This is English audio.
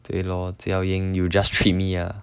对 lor 只要赢 you just treat me ah